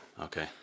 Okay